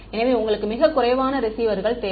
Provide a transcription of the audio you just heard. எனவே உங்களுக்கு மிகக் குறைவான ரிசீவர்கள் தேவை